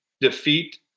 defeat